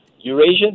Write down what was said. Eurasian